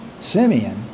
Simeon